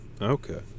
Okay